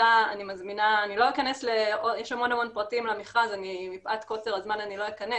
יש המון פרטים למכרז, מפאת קוצר הזמן אני לא אכנס